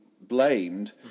blamed